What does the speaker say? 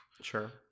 Sure